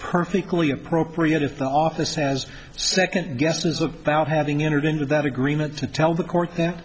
perfectly appropriate if the office has second guesses about having entered into that agreement to tell the court that